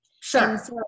sure